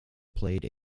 played